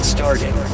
starting